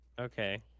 Okay